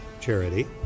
charity